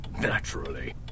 Naturally